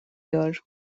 here